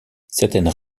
certaines